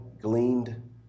gleaned